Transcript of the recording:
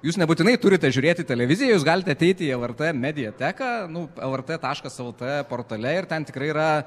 jūs nebūtinai turite žiūrėti televiziją jūs galite ateiti į lrt mediateką nu lrt taškas lt portale ir ten tikrai yra